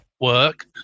work